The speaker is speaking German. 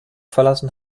verlassen